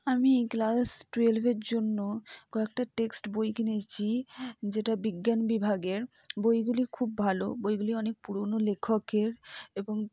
আমি ক্লাস টুয়েলভের জন্য কয়েকটা টেক্সট বই কিনেছি যেটা বিজ্ঞান বিভাগের বইগুলি খুব ভালো বইগুলি অনেক পুরনো লেখকের এবং